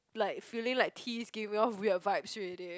like feeling like t is giving off weird vibes already